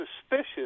suspicious